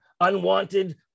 unwanted